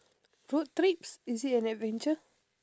road trips is it an adventure